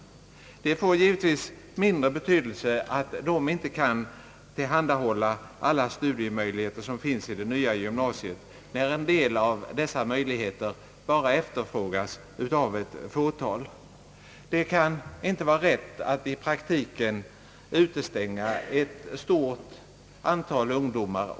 Det får givetvis mindre betydelse att dessa inte kan tillhandahålla alla de studiemöjligheter som finns i det nya gymnasiet, när en del av dessa möjligheter bara efterfrågas av ett fåtal.